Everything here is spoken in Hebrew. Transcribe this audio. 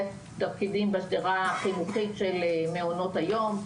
התפקידים בשדרה החינוכית של מעונות היום.